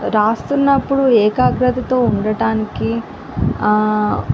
వ్రాస్తున్నప్పుడు ఏకాగ్రతతో ఉండటానికి